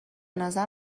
نظر